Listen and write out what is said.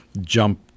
jump